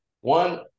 One